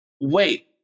wait